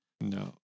No